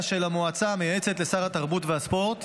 של המועצה המייעצת לשר התרבות והספורט